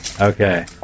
Okay